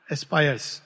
Aspires